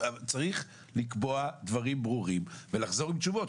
צריך לקבוע דברים ברורים ולחזור עם תשובות.